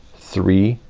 three,